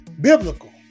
Biblical